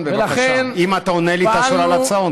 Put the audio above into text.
זכותו, כיושב-ראש קואליציה, יש הקלטות.